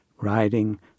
riding